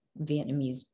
Vietnamese